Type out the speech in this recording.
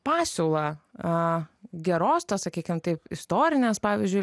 pasiūlą geros tos sakykim taip istorinės pavyzdžiui